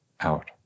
out